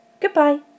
Goodbye